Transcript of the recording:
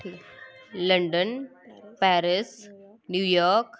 London Paris New York